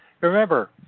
Remember